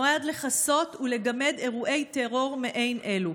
נועד לכסות ולגמד אירועי טרור מעין אלו,